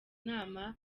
inama